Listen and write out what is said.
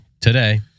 today